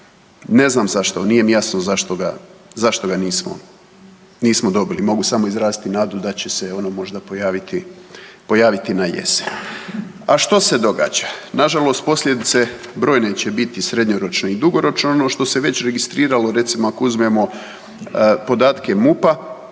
Ne znam zašto, nije mi jasno zašto ga, zašto ga nismo dobili, mogu samo izraziti nadu da će se ono možda pojaviti, pojaviti na jesen. A što se događa? Nažalost posljedice će biti srednjoročne i dugoročne ono što se već registriralo recimo ako uzmemo podatke MUP-a